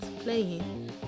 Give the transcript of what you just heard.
playing